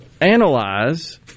analyze